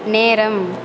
நேரம்